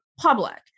public